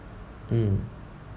mm